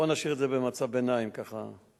בוא נשאיר את זה במצב ביניים, ככה,